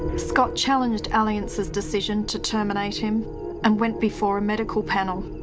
scott challenged allianz's decision to terminate him and went before a medical panel.